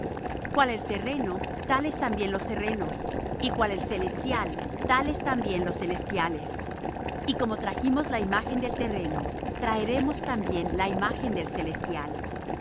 cual el terreno tales también los terrenos y cual el celestial tales también los celestiales y como trajimos la imagen del terreno traeremos también la imagen del celestial